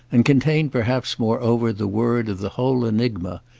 and contained perhaps moreover the word of the whole enigma,